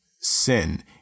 sin